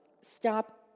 stop